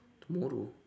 tomorrow